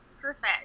Perfect